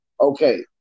Okay